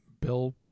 Bill